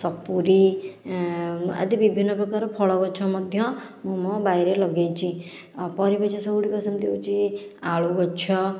ସପୁରୀ ଆଦି ବିଭିନ୍ନ ପ୍ରକାର ଫଳ ଗଛ ମଧ୍ୟ ମୁଁ ମୋ ବାଡ଼ିରେ ଲଗାଇଛି ଆଉ ପରିବା ଚାଷ ଗୁଡ଼ିକ ସେମିତି ହେଉଛି ଆଳୁ ଗଛ